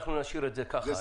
אנחנו נשאיר את זה ככה.